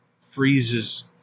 Freeze's